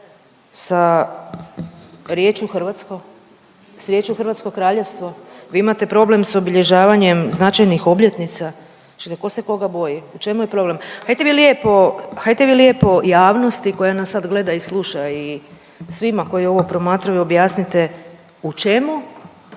s riječju „Hrvatsko Kraljevstvo“? Vi imate problem s obilježavanjem značajnih obljetnica? Čekajte, ko se koga boji, u čemu je problem? Hajte vi lijepo, hajte vi lijepo javnosti koja nas sad gleda i sluša i svima koji ovo promatraju objasnite u čemu